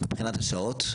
מבחינת השעות.